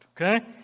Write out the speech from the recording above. okay